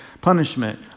punishment